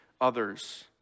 others